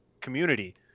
community